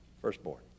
Firstborn